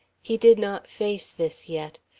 he did not face this yet.